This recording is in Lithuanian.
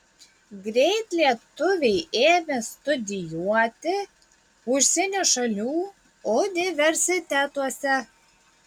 greit lietuviai ėmė studijuoti užsienio šalių universitetuose